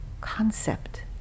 concept